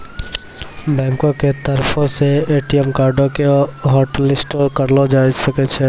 बैंको के तरफो से ए.टी.एम कार्डो के हाटलिस्टो करलो जाय सकै छै